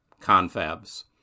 confabs